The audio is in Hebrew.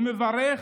ומברך